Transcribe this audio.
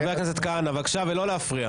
חבר הכנסת כהנא, בבקשה, ולא להפריע.